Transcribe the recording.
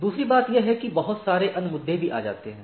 दूसरी बात यह है कि बहुत सारे अन्य मुद्दे भी आ सकते है